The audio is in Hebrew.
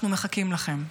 אנחנו מחכים לכם.